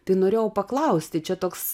tai norėjau paklausti čia toks